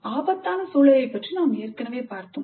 ஆபத்தான சூழலைப் பற்றி நாம் ஏற்கனவே பார்த்தோம்